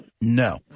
No